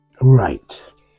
Right